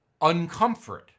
uncomfort